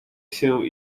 się